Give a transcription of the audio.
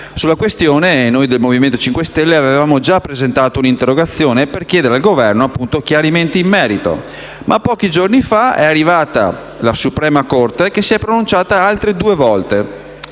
Sulla questione noi del Movimento 5 Stelle avevamo già presentato una interrogazione per chiedere al Governo chiarimenti in merito, ma pochi giorni fa è arrivata la Suprema corte, che si è pronunciata altre due volte,